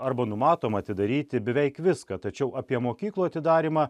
arba numatoma atidaryti beveik viską tačiau apie mokyklų atidarymą